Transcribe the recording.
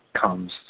comes